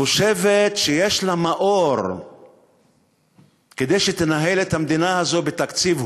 חושבת שיש לה מאור כדי לנהל את המדינה הזו בתקציב הוגן,